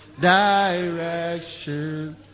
direction